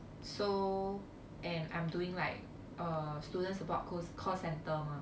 so and I'm doing like uh student support school call centre mah